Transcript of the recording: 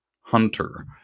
Hunter